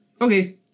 Okay